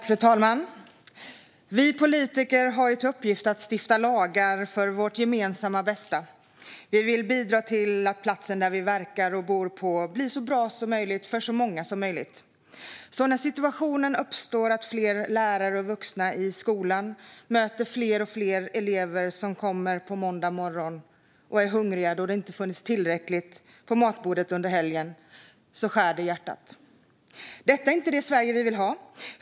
Fru talman! Vi politiker har till uppgift att stifta lagar för vårt gemensamma bästa. Vi vill bidra till att platsen där vi verkar och bor blir så bra som möjligt för så många som möjligt. När situationen uppstår att fler lärare och vuxna i skolan möter fler och fler elever som kommer hungriga på måndag morgon då det inte funnits tillräckligt på matbordet under helgen skär det i hjärtat. Detta är inte det Sverige vi vill ha.